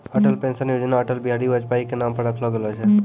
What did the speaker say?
Atal pension Yojana Atal Bihari Vajpayee के नाम पर रखलो गेलो छै